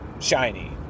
shiny